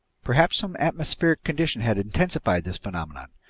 perhaps some atmospheric condition had intensified this phenomenon?